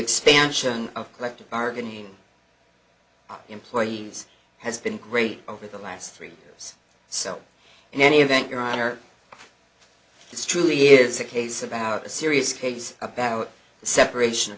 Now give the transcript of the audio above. expansion of collective bargaining employees has been great over the last three years so in any event your honor this truly is a case about a serious case about the separation of